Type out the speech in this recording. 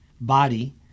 body